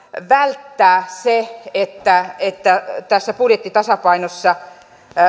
välttää se että että tässä budjettitasapainossa